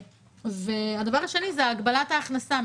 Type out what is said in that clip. הדבר השני הוא הגבלת ההכנסה.